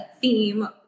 theme